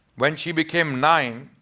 when she became nine